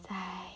sign